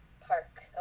park